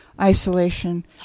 isolation